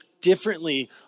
differently